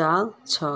जा छे